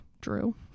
Drew